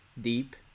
deep